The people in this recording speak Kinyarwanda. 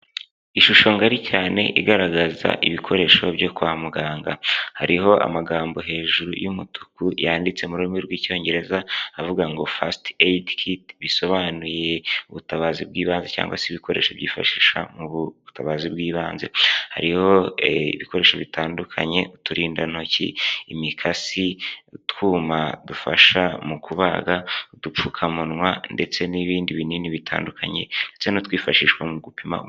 Ishusho ngari cyane igaragaza ibikoresho byo kwa muganga. Hariho amagambo hejuru y'umutuku yanditse mu rurimi rw'icyongereza avuga ngo: Fast aid kit bisobanuye ubutabazi bw'ibanze, cyangwa se ibikoresho byifashisha mu butabazi bw'ibanze. Hariho ibikoresho bitandukanye, uturindantoki, imikasi, utwuma dufasha mu kubaga, udupfukamunwa, ndetse n'ibindi binini bitandukanye, ndetse n'utwifashishwa mu gupima um...